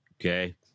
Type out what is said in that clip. okay